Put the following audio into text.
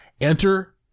Enter